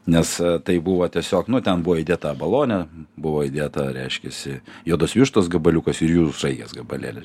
nes tai buvo tiesiog nu ten buvo įdėta abalonė buvo įdėta reiškėsi juodos vištos gabaliukas ir jūrų sraigės gabalėlis